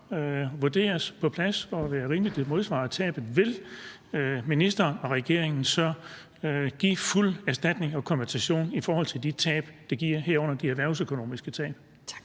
gøres op, vurderes og modsvare tabet, vil ministeren og regeringen så give fuld erstatning og kompensation for de tab, det giver, herunder de erhvervsøkonomiske tab? Kl.